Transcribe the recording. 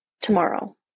tomorrow